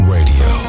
Radio